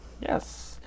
Yes